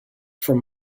from